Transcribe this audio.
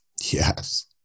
Yes